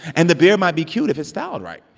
and the beard might be cute if it's styled right.